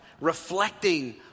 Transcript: reflecting